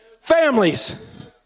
families